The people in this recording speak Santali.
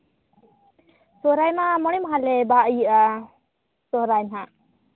ᱥᱚᱨᱦᱟᱭ ᱢᱟ ᱢᱚᱬᱮ ᱢᱟᱦᱟ ᱞᱮ ᱫᱟ ᱤᱭᱟᱹᱜᱼᱟ ᱥᱚᱨᱦᱟᱭ ᱦᱟᱸᱜ